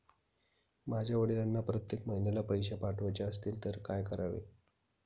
माझ्या वडिलांना प्रत्येक महिन्याला पैसे पाठवायचे असतील तर काय करावे?